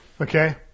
okay